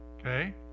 okay